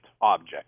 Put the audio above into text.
object